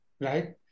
right